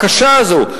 הקשה הזאת.